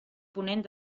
ponent